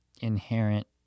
inherent